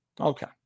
okay